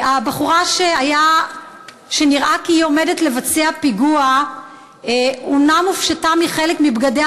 הבחורה שהיה נראה כי היא עומדת לבצע פיגוע אומנם הופשטה מחלק מבגדיה,